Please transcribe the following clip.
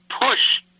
push